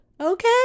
Okay